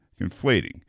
conflating